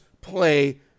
play